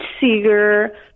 Seeger